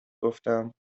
گفتم